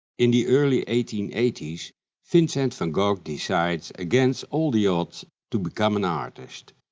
in the early eighteen eighty s vincent van gogh decides against all the odds to become an artist,